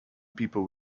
people